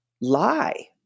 lie